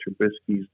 Trubisky's